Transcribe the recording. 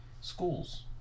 schools